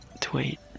tweet